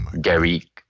Gary